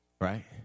right